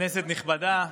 כנסת נכבדה,